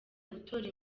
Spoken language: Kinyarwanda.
gutora